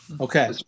Okay